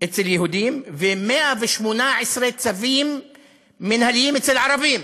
אצל יהודים ו-118 צווים מינהליים אצל ערבים,